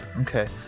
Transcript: Okay